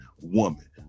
woman